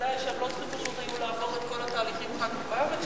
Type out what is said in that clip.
בוודאי שהם לא היו צריכים לעבור אחר כך את כל התהליכים שהם עברו בארץ.